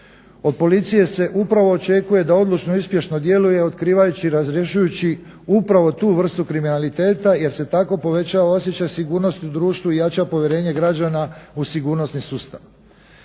Od policije se upravo očekuje da odlučno i uspješno djeluje otkrivajući i razrješujući upravo tu vrstu kriminaliteta jer se tako povećava osjećaj sigurnosti u društvu i jača povjerenje građana u sigurnosni sustav.